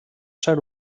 ser